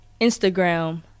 Instagram